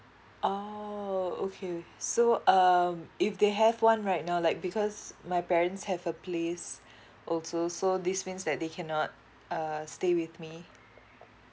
oh okay so um if they have one right now like because my parents have a place also so this means that they cannot uh stay with me